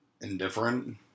Indifferent